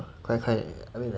quite quite